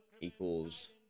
Equals